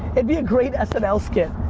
it'd be a great snl skit,